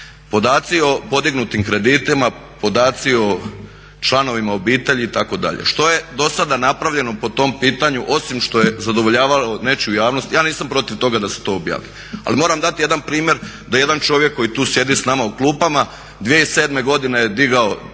Podaci o podignutim kreditima, podaci o članovima obitelji itd.. Što je do sada napravljeno po tom pitanju osim što je zadovoljavalo nečiju javnost? Ja nisam protiv toga da se to objavi. Ali moram dati jedan primjer da jedan čovjek koji tu sjedi s nama u klupama 2007. je digao